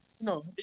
No